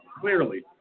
Clearly